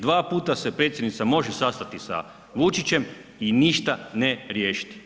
Dva puta se predsjednica može sastati sa Vučićem i ništa ne riješiti.